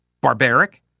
barbaric